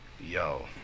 Yo